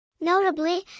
Notably